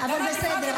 --- אבל בסדר.